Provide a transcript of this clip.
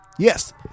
Yes